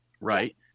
right